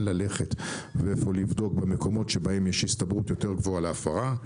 ללכת ואיפה לבדוק במקומות שבהם יש הסתברות יותר גבוהה להפרה.